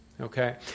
okay